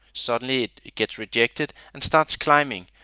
suddenly it it gets rejected and starts climbing.